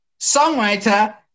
songwriter